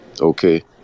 okay